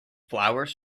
flowers